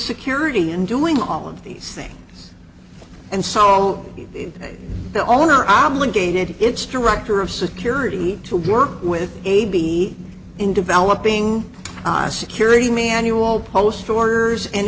security and doing all of these things and so the owner obligated its director of security to work with a b in developing security manual post orders and